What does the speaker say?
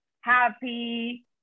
happy